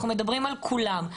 ואנחנו מדברים על כולם.